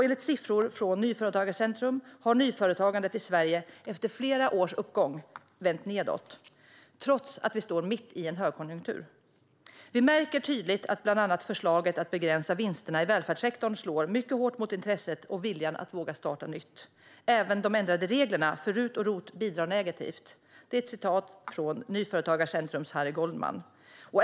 Enligt siffror från Nyföretagarcentrum har nyföretagandet i Sverige, efter flera års uppgång, vänt nedåt, trots att vi står mitt i en högkonjunktur. "Vi märker tydligt att bland annat förslaget att begränsa vinsterna i välfärdssektorn slår mycket hårt mot intresset och viljan att våga starta nytt. Även de ändrade reglerna för RUT och ROT bidrar negativt", säger Nyföretagarcentrums Harry Goldman.